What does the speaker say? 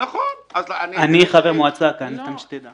אני חבר מועצת עיריית ירושלים.